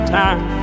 time